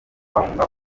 bahunga